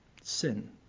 Sin